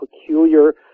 peculiar